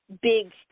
big